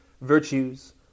virtues